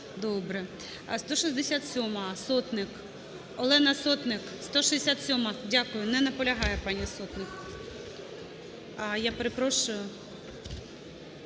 Добре. 167-а, Сотник. Олена Сотник, 167-а? Дякую. Не наполягає пані Сотник. Я перепрошую,